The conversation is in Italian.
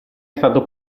stato